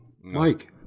Mike